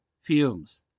fumes